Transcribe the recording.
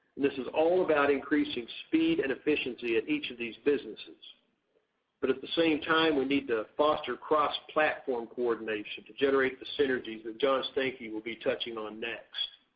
and this is all about increasing speed and efficiency at each of these businesses but at the same time we need to foster cross-platform coordination to generate the synergies that john stankey will be touching on next.